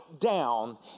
down